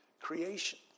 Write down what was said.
creation